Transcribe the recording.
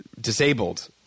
disabled